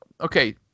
okay